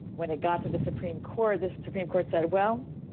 when it got to the supreme court, the supreme court said well,